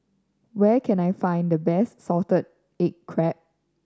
where can I find the best salted egg crab